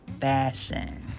fashion